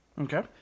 Okay